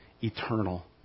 eternal